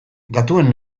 datuen